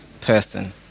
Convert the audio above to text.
person